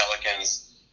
pelicans